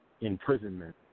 imprisonment